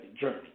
journey